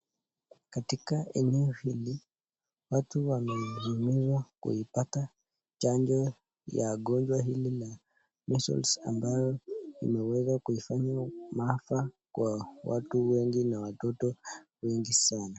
Katika eneo hili watu wamehimizwa kuipata chanjo ya gonjwa hili la measles ambayo imeweza kuifanya maafa kwa watu wengi na watoto wengi sana.